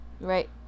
Right